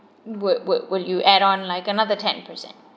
would would would you add on like another ten per cent